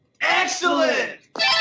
Excellent